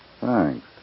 Thanks